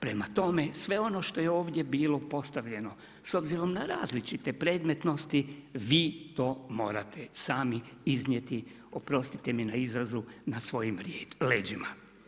Prema tome, sve ono što je ovdje bilo postavljeno, s obzirom na različite predmetnosti, vi to morate sami iznijeti, oprostite mi na izrazu, na svojim leđima.